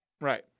Right